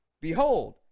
Behold